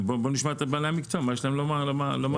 נשמע את בעלי המקצוע מה יש להם לומר בנושא.